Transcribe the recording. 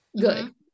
good